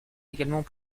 également